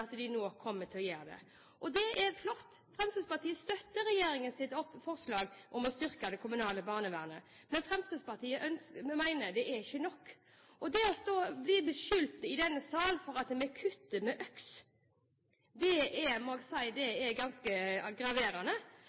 at de nå kommer til å gjøre det. Det er flott. Fremskrittspartiet støtter regjeringens forslag om å styrke det kommunale barnevernet, men Fremskrittspartiet mener det ikke er nok. Det å bli beskyldt i denne sal for at vi kutter med øks, må jeg si er ganske graverende.